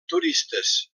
turistes